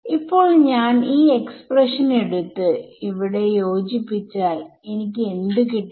ഇപ്പോൾ ഞാൻ ഈ എക്സ്പ്രഷൻ എടുത്ത് ഇവിടെ യോജിപ്പിച്ചാൽ എനിക്ക് എന്ത് കിട്ടും